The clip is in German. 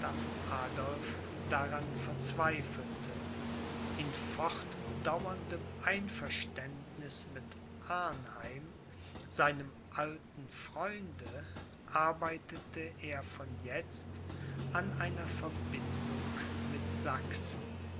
adolph daran verzweifelte in fortdauerndem einverständniß mit arnheim seinem alten freunde arbeitete er von jetzt an an einer verbindung mit sachsen